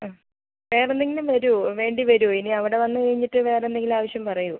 ആ വേറെ എന്തെങ്കിലും വരുമോ വേണ്ടി വരുമോ ഇനി അവിടെ വന്ന് കഴിഞ്ഞിട്ട് വേറെ എന്തെങ്കിലും ആവശ്യം പറയോ